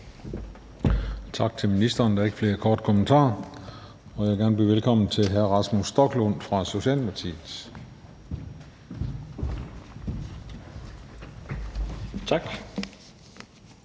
Tak til ministeren. Der er ikke flere korte bemærkninger, og jeg vil gerne byde velkommen til hr. Rasmus Stoklund fra Socialdemokratiet. Kl.